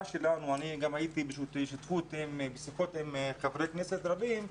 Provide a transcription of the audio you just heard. הייתי בשיחות עם חברי כנסת רבים,